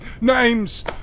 Name's